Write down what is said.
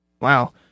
Wow